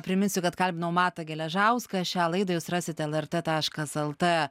priminsiu kad kalbinau matą geležauską šią laidą jūs rasite lrt taškas lt